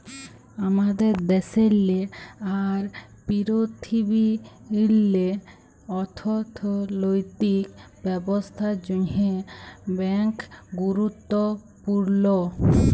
আমাদের দ্যাশেল্লে আর পীরথিবীল্লে অথ্থলৈতিক ব্যবস্থার জ্যনহে ব্যাংক গুরুত্তপুর্ল